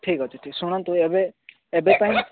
ଠିକ୍ଅଛି ଟିକିଏ ଶୁଣନ୍ତୁ ଏବେ ଏବେ ପାଇଁ